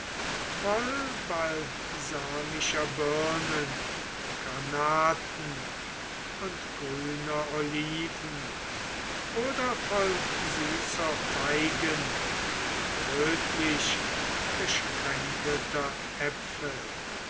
voll balsamischer birnen granaten und grüner oliven oder voll süßer feigen und rötlichgesprenkelter äpfel